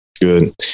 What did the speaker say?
Good